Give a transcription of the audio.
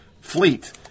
fleet